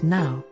now